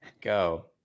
go